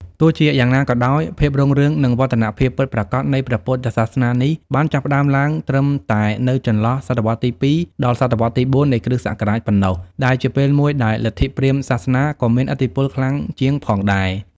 ទោះជាយ៉ាងណាក៏ដោយ ភាពរុងរឿង និងវឌ្ឍនភាពពិតប្រាកដនៃព្រះពុទ្ធសាសនានេះ បានចាប់ផ្តើមឡើងត្រឹមតែនៅចន្លោះ សតវត្សរ៍ទី ២ ដល់សតវត្សរ៍ទី ៤ នៃគ.ស. ប៉ុណ្ណោះ ដែលជាពេលមួយដែលលទ្ធិព្រាហ្មណ៍សាសនាក៏មានឥទ្ធិពលខ្លាំងជាងផងដែរ។